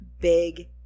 big